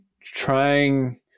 trying